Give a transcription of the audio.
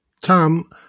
Tom